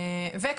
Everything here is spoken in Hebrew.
בנוסף,